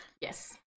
Yes